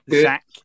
Zach